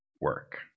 Work